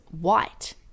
white